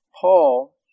Paul